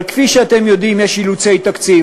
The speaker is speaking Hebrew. אבל כפי שאתם יודעים, יש אילוצי תקציב.